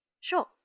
sure